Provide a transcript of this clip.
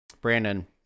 Brandon